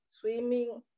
swimming